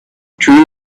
true